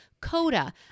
Coda